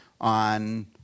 on